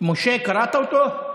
משה, קראת אותו?